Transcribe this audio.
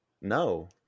No